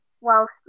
whilst